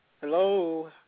Hello